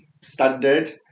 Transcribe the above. standard